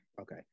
Okay